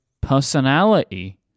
personality